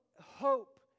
hope